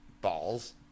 balls